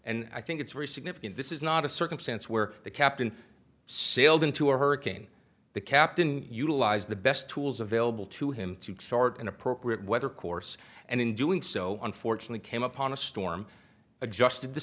and i think it's very significant this is not a circumstance where the captain sailed into a hurricane the captain utilized the best tools available to him to chart an appropriate weather course and in doing so unfortunately came upon a storm adjusted the